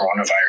coronavirus